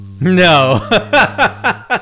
No